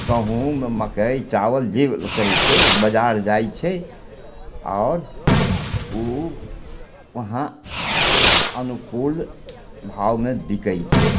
गहुम मकइ चावल जे करय छै उ बजार जाइ छै आओर उ वहाँ अनुकूल भावमे बिकय छै